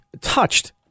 touched